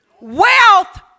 Wealth